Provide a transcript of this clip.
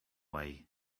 way